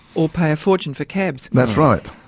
or pay a fortune for cabs. that's right.